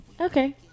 okay